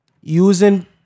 using